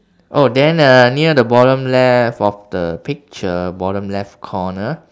oh then uh near the bottom left of the picture bottom left corner